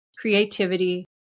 creativity